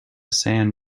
san